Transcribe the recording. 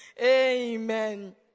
Amen